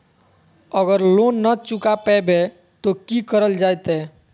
अगर लोन न चुका पैबे तो की करल जयते?